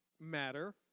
matter